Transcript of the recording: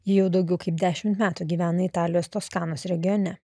ji jau daugiau kaip dešimt metų gyvena italijos toskanos regione